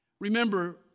Remember